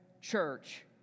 church